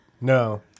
No